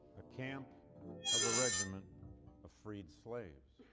a camp of a regiment of freed slaves.